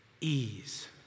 ease